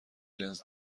لنز